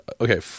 okay